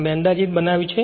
મેં અંદાજીત બનાવ્યું છે